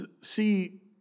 see